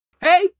Hey